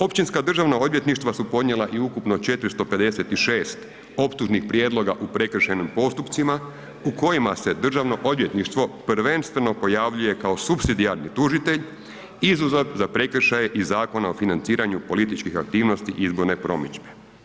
Općinska državna odvjetništva su podnijela i ukupno 456 optužnih prijedloga u prekršajnim postupcima u kojima se državno odvjetništvo prvenstveno pojavljuje kao supsidijarni tužitelj izuzev za prekršaje iz Zakona o financiranju političkih aktivnosti i izborne promidžbe.